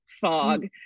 fog